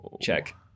check